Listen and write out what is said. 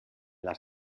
las